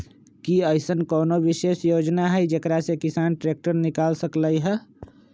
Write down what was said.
कि अईसन कोनो विशेष योजना हई जेकरा से किसान ट्रैक्टर निकाल सकलई ह?